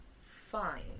fine